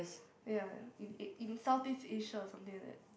ya in in in Southeast Asia or something like that